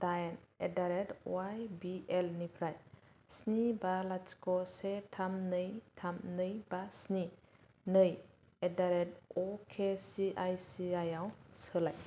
दाइन at the rate Y B L निफ्राय स्नि बा लाथिख' से थाम नै थाम नै बा स्नि नै at the rate okay C I C I आव सोलाय